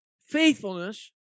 faithfulness